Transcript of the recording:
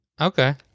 okay